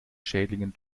schädlingen